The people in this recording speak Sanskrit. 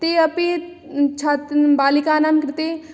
तेऽपि छात् बालिकानां कृते